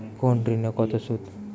কোন ঋণে কত সুদ?